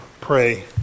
pray